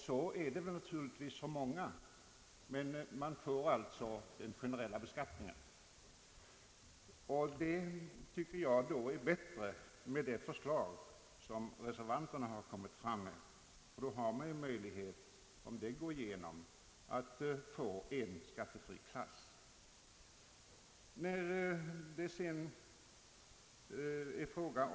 Detta är givetvis fallet också för många andra jordbrukare. Men där har man den generella beskattningen. Jag finner här reservanternas förslag vara bättre, eftersom — om detta antages — en skattefri klass kommer att införas.